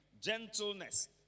gentleness